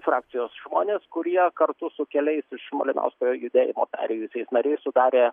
frakcijos žmonės kurie kartu su keliais iš malinauskų judėjimo perėjusiais nariais sudarė